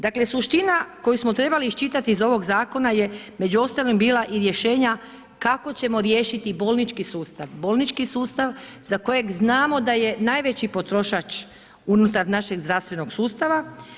Dakle, suština koju smo trebali iščitati iz ovoga zakona je među ostalim bila i rješenja kako ćemo riješiti bolnički sustav, bolnički sustav za kojeg znamo da je najveći potrošač unutar našeg zdravstvenog sustava.